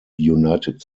united